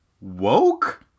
woke